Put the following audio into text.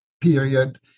period